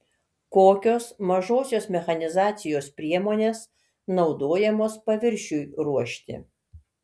kokios mažosios mechanizacijos priemonės naudojamos paviršiui ruošti